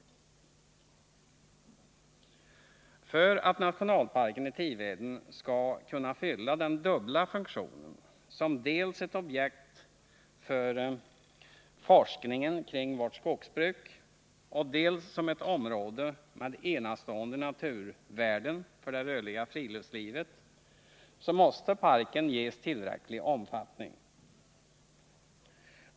145 För att nationalparken i Tiveden skall kunna fylla den dubbla funktionen som dels ett objekt för forskningen kring vårt skogsbruk, dels ett område med enastående naturvärden för det rörliga fritidslivet, måste parken ges tillräcklig omfattning.